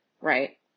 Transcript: Right